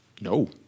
No